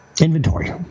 inventory